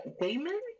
Damon